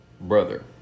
brother